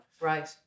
right